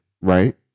right